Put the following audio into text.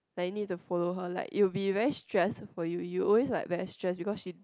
then you will need to follow her like you will be very stress for you you always like very stress because she